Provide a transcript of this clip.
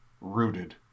rooted